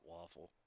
waffle